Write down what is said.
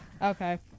Okay